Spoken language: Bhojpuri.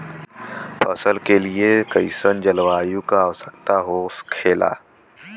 फसल के लिए कईसन जलवायु का आवश्यकता हो खेला?